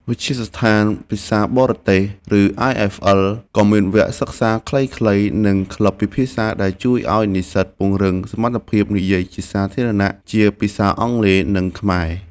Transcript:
វិទ្យាស្ថានភាសាបរទេស ឬ អាយ-អិហ្វ-អិល ក៏មានវគ្គសិក្សាខ្លីៗ និងក្លឹបពិភាក្សាដែលជួយឱ្យនិស្សិតពង្រឹងសមត្ថភាពនិយាយជាសាធារណៈជាភាសាអង់គ្លេស និងខ្មែរ។